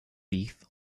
beef